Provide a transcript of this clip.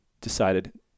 decided